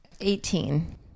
Eighteen